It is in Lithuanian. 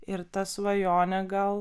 ir ta svajonė gal